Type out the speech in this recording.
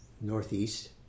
Northeast